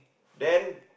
then